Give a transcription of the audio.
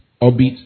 orbit